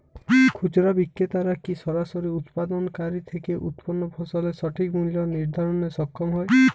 খুচরা বিক্রেতারা কী সরাসরি উৎপাদনকারী থেকে উৎপন্ন ফসলের সঠিক মূল্য নির্ধারণে সক্ষম হয়?